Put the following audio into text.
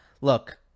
Look